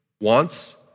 wants